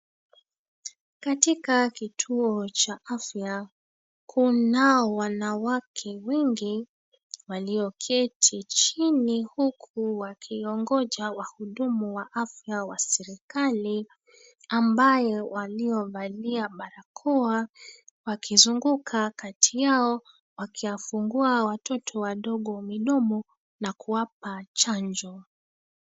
Katika kituo cha afya kunao wanawake wengi walioketi chini huku wakiongoja wahudumu wa afya wa serikali, ambaye waliovalia barakoa wakizunguka kati yao, wakiyafungua watoto wadogo midomo na kuwapa chanjo.